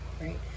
right